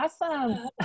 awesome